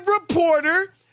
reporter